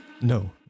No